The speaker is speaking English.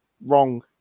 wrong